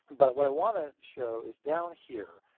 but what i want to show is down here.